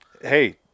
Hey